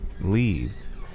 Leaves